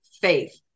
faith